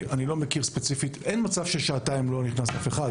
אין מצב שבמשך שעתיים לא נכנס אף אחד,